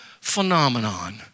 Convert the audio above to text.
phenomenon